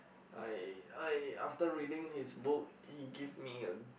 I I after reading his book he give me a